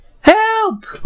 Help